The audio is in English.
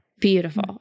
Beautiful